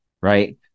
right